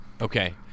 okay